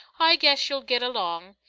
i guess you'll git along.